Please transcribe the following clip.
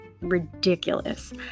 ridiculous